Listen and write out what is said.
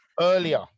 Earlier